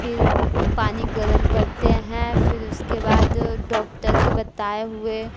फिर पानी गर्म करते हैं फिर उसके बाद डॉक्टर के बताए हुए